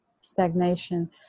stagnation